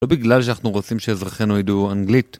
לא בגלל שאנחנו רוצים שאזרחינו ידעו אנגלית.